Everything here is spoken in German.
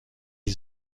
die